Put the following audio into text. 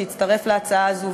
שהצטרף להצעה הזאת,